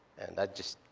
and i just